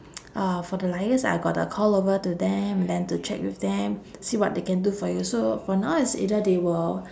uh for the liaise I got to call over to them and then to check with them see what they can do for you so for now it's either they will